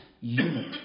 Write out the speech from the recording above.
unit